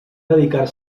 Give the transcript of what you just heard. dedicar